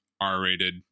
R-rated